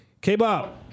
K-Bob